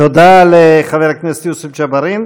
תודה לחבר הכנסת יוסף ג'בארין.